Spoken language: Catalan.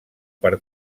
per